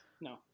No